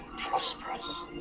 prosperous